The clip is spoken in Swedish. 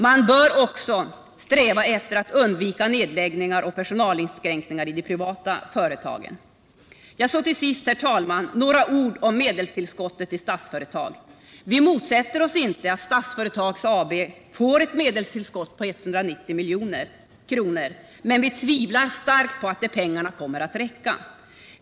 Man bör också sträva efter att undvika nedläggningar och personalinskränkningar i de privata företagen. Så till sist, herr talman, några ord om medelstillskottet till Statsföretag. Vi motsätter oss inte att Statsföretag AB får ett medelstillskott på 190 milj.kr., men vi tvivlar starkt på att de pengarna kommer att räcka.